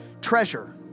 treasure